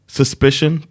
suspicion